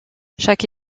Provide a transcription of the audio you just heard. chaque